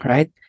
Right